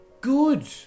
Good